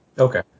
Okay